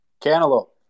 Cantaloupe